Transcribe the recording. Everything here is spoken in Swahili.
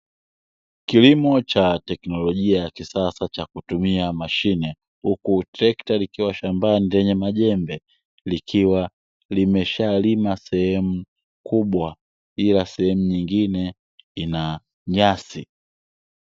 Kilimo cha teknolojia ya kisasa cha kutumia mashine huku trekta likiwa shambani lenye majembe likiwa limeshalima sehemu kubwa ila sehemu nyingine ina nyasi.